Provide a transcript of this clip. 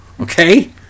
Okay